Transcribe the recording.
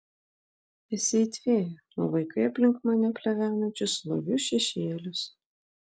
esi it fėja nuvaikai aplink mane plevenančius slogius šešėlius